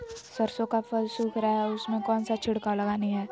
सरसो का फल सुख रहा है उसमें कौन सा छिड़काव लगानी है?